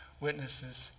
witnesses